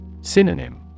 Synonym